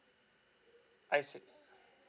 I see